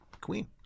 Queen